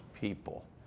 people